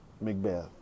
Macbeth